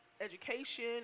education